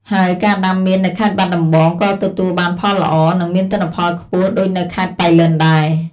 ហើយការដាំមៀននៅខេត្តបាត់ដំបងក៏ទទួលបានផលល្អ និងមានទិន្នផលខ្ពស់ដូចនៅខេត្តប៉ៃលិនដែរ។